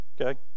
okay